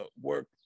work